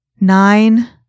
nine